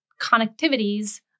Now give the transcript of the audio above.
connectivities